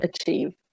achieve